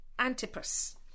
Antipas